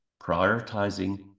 prioritizing